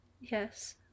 Yes